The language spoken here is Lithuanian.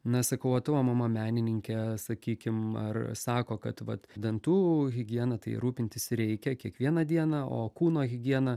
na sakau o tavo mama menininkė sakykim ar sako kad vat dantų higiena tai rūpintis reikia kiekvieną dieną o kūno higiena